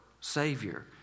Savior